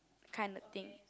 kind of thing